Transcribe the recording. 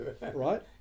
right